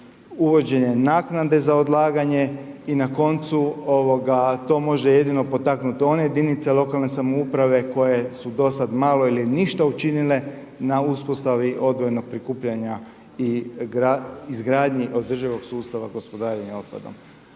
uvođenje naknade za odlaganje. I na koncu to može jedino potaknuti one jedinice lokalne samouprave koje su do sada malo ili ništa učinile na uspostavi odvojenog prikupljanja i izgradnji održivog sustava gospodarenja otpadom.